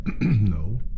No